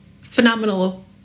phenomenal